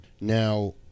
Now